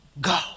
Go